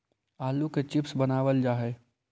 आलू के चिप्स बनावल जा हइ